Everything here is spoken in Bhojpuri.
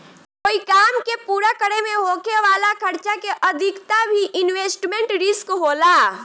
कोई काम के पूरा करे में होखे वाला खर्चा के अधिकता भी इन्वेस्टमेंट रिस्क होला